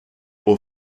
aux